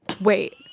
Wait